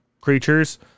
creatures